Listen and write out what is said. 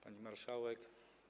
Pani Marszałek!